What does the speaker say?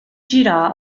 girar